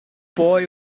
boy